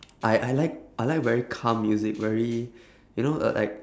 I I like I like very calm music very you know l~ like